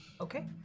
Okay